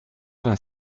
vingt